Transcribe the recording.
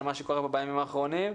על מה שקורה פה בימים האחרונים.